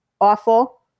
awful